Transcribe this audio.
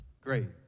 Great